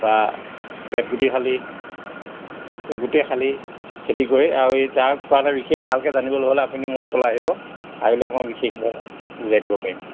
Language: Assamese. বা বেতগুটি শালি এই গোটেই শালি খেতি কৰি আৰু এই তাৰ কাৰণে বিশেষ ভালকৈ জানিবলৈ হ'লে আপুনি মোৰ ওচৰলৈ আহিব আহিলে মই বিশেষভাৱে বুজাই দিব পাৰিম